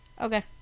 Okay